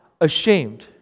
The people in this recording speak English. ashamed